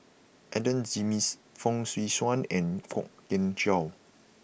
Adan Jimenez Fong Swee Suan and Kwok Kian Chow